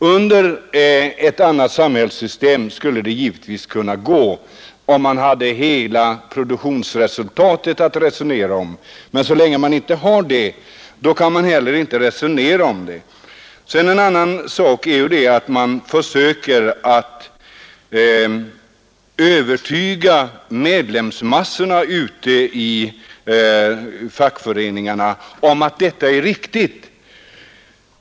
Under ett annat samhällssystem skulle det givetvis gå, om man hade hela produktionsresultatet att disponera över, men så länge man inte har det kan man heller inte resonera om detta. Vidare försöker man övertyga medlemsmassorna ute i fackföreningarna om att detta är riktigt.